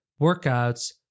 workouts